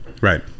Right